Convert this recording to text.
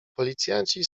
policjanci